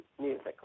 music